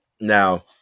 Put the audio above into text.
now